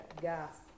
gas